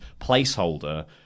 placeholder